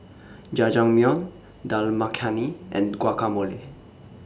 Jajangmyeon Dal Makhani and Guacamole